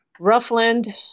Roughland